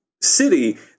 city